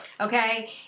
Okay